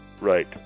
Right